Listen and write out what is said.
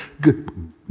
good